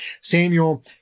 Samuel